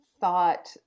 thought